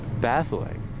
baffling